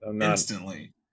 Instantly